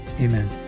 amen